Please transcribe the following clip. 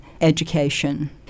education